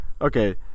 Okay